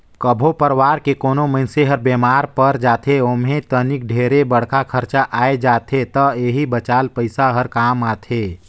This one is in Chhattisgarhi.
कभो परवार के कोनो मइनसे हर बेमार पर जाथे ओम्हे तनिक ढेरे बड़खा खरचा आये जाथे त एही बचाल पइसा हर काम आथे